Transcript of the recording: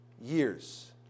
years